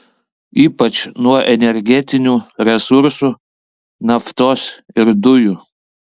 ypač nuo energetinių resursų naftos ir dujų